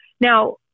Now